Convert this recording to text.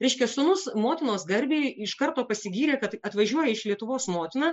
reiškia sūnus motinos garbei iš karto pasigyrė kad atvažiuoja iš lietuvos motina